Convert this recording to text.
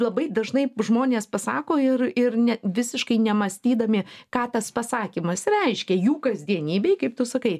labai dažnai žmonės pasako ir ir ne visiškai nemąstydami ką tas pasakymas reiškia jų kasdienybei kaip tu sakai